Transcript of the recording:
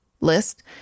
list